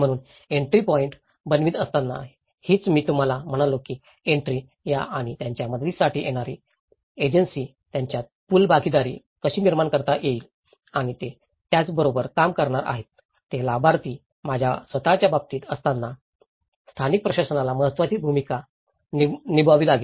म्हणून entry point बनवित असताना हीच मी तुम्हाला म्हणालो की एन्ट्री या आणि त्यांच्या मदतीसाठी येणाऱ्या एजन्सी यांच्यात पुल भागीदारी कशी निर्माण करता येईल आणि जे त्यांच्याबरोबर काम करणार आहेत ते लाभार्थी माझ्या स्वतःच्या बाबतीत असतानाही स्थानिक प्रशासनाला महत्वाची भूमिका निभावली पाहिजे